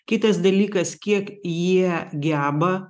kitas dalykas kiek jie geba